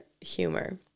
humor